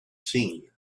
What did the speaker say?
seen